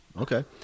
okay